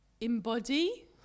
embody